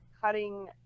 cutting